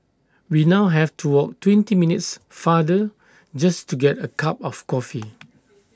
we now have to walk twenty minutes farther just to get A cup of coffee